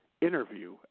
interview